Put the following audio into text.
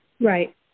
Right